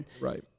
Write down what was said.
right